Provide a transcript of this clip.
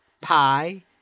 pi